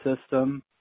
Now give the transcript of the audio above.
system